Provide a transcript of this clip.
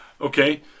Okay